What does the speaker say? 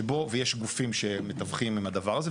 שבו, ויש גופים שמתווכים עם הדבר הזה.